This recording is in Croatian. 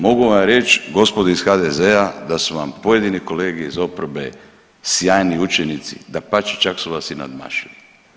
Mogu vam reći, gospodo iz HDZ-a, da su vam pojedini kolege iz oporbe sjajni učenici, dapače, čak su vas i nadmašili.